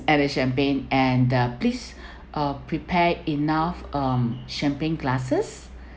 and the champagne and the please uh prepared enough um champagne glasses